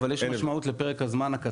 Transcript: אבל יש משמעות לפרק הזמן הקצר.